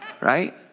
Right